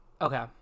Okay